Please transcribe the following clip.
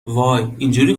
وای، اینجوری